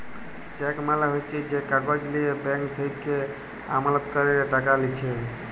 check মালে হচ্যে যে কাগজ লিয়ে ব্যাঙ্ক থেক্যে আমালতকারীরা টাকা লিছে